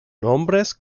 nombres